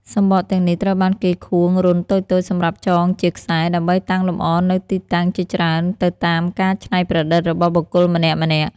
សំបកទាំងនេះត្រូវបានគេខួងរន្ធតូចៗសម្រាប់ចងជាខ្សែ ដើម្បីតាំងលម្អនៅទីតាំងជាច្រើនទៅតាមការច្នៃប្រឌិតរបស់បុគ្គលម្នាក់ៗ។